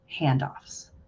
handoffs